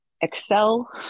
Excel